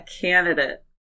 candidate